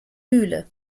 mühle